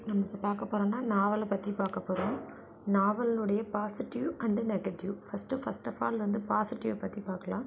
நம்ம இப்போ பார்க்க போகறோம்னா நாவலை பற்றி பார்க்க போகறோம் நாவலுடைய positive and negative first first of all வந்து பாசிட்டிவ் பற்றி பார்க்கலாம்